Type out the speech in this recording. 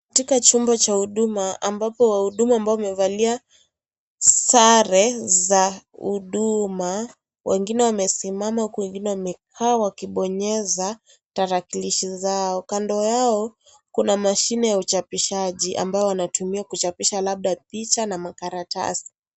Katika chumba cha huduma ambapo wahudumu ambao wamevalia sare za huduma. Wengine wamesimama huku wengine wamekaa wakibonyeza tarakilishi zao. Kando yao kuna mashine ya uchapishaji ambayo wanatumia kuchapisha labda picha na makaratasi.